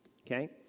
Okay